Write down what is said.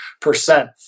percent